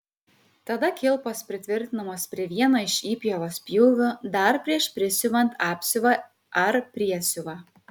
tada kilpos pritvirtinamos prie vieno iš įpjovos pjūvių dar prieš prisiuvant apsiuvą ar priesiuvą